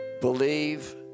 believe